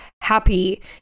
happy